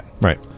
right